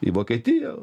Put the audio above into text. į vokietiją